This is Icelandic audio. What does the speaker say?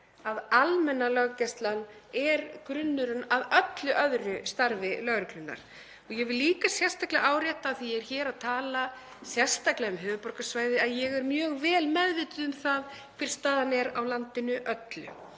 Almenna löggæslan er grunnurinn að öllu öðru starfi lögreglunnar. Ég vil líka sérstaklega árétta, af því að ég er hér að tala sérstaklega um höfuðborgarsvæðið, að ég er mjög vel meðvituð um það hver staðan er á landinu öllu